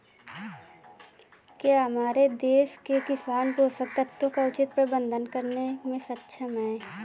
क्या हमारे देश के किसान पोषक तत्वों का उचित प्रबंधन करने में सक्षम हैं?